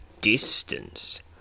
distance